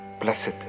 Blessed